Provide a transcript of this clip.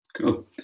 Cool